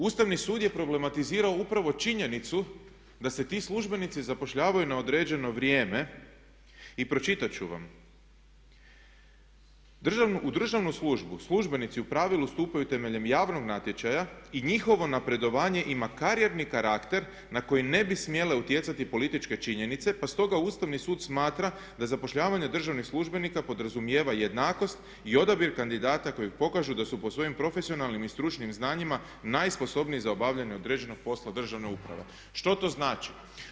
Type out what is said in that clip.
Ustavni sud je problematizirao upravo činjenicu da se ti službenici zapošljavaju na određeno vrijeme i pročitat ću vam: „U državnu službu službenici u pravilu stupaju temeljem javnog natječaja i njihovo napredovanje ima karijerni karakter na koji ne bi smjele utjecati političke činjenice pa stoga Ustavni sud smatra da zapošljavanje državnih službenika podrazumijeva jednakost i odabir kandidata koji pokažu da su po svojim profesionalnim i stručnim znanjima najsposobniji za obavljanje određenog posla države uprave.“ Što to znači?